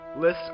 list